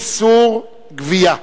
איסור גבייה).